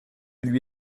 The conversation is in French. lui